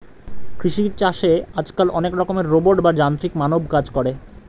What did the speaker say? কৃষি চাষে আজকাল অনেক রকমের রোবট বা যান্ত্রিক মানব কাজ করে